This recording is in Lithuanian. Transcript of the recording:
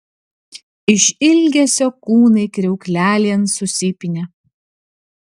iš ilgesio kūnai kriauklelėn susipynė